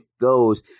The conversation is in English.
goes